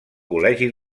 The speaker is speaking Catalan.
col·legi